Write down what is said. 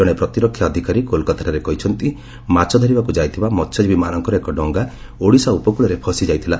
ଜଣେ ପ୍ରତିରକ୍ଷା ଅଧିକାରୀ କୋଲ୍କାତାଠାରେ କହିଛନ୍ତି ମାଛ ଧରିବାକୁ ଯାଇଥିବା ମହ୍ୟଜୀବୀମାନଙ୍କର ଏକ ଡଙ୍ଗା ଓଡ଼ିଶା ଉପକୃଳରେ ଫସିଯାଇଥିଲା